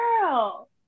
girl